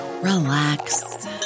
relax